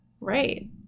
Right